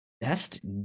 Best